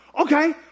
Okay